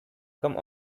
come